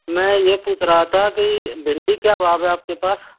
मैं ये पूछ रहा था कि भिंडी क्या भाव है आपके पास